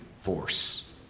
force